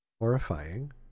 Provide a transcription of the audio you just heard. horrifying